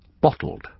bottled